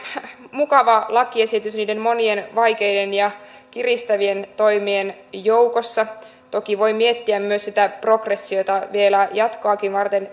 mukava lakiesitys niiden monien vaikeiden ja kiristävien toimien joukossa toki voi miettiä myös sitä progressiota vielä jatkoakin varten